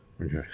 Okay